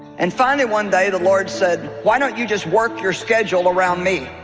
and finally one day the lord said why don't you just work your schedule around me